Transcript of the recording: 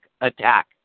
attack